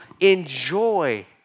enjoy